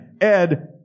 Ed